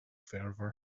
fervor